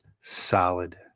solid